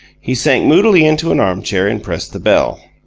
he sank moodily into an arm-chair and pressed the bell.